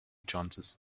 chances